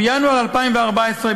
בינואר 2014,